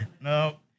No